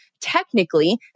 technically